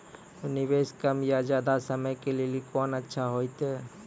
निवेश कम या ज्यादा समय के लेली कोंन अच्छा होइतै?